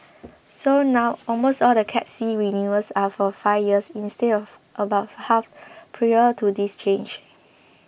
so now almost all the Cat C renewals are for five years instead of about for half prior to this change